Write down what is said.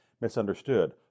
misunderstood